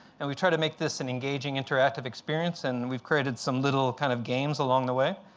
and we tried to make this an engaging interactive experience. and we've created some little kind of games along the way.